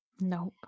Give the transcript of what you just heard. Nope